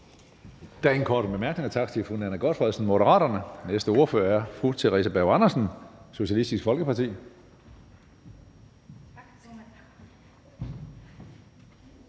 Der er ingen korte bemærkninger. Tak til fru Nanna W. Gotfredsen, Moderaterne. Den næste ordfører er fru Theresa Berg Andersen, Socialistisk Folkeparti.